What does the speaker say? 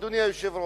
אדוני היושב-ראש.